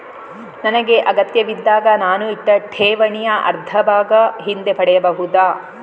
ನನಗೆ ಅಗತ್ಯವಿದ್ದಾಗ ನಾನು ಇಟ್ಟ ಠೇವಣಿಯ ಅರ್ಧಭಾಗ ಹಿಂದೆ ಪಡೆಯಬಹುದಾ?